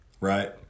Right